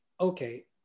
okay